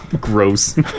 gross